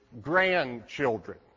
grandchildren